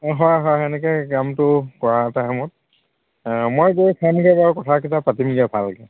অঁ হয় হয় তেনেকৈ কামটো কৰাৰ টাইমত মই গৈ চামগৈ বাৰু কথাকেইটা পাতিমগৈ ভালকৈ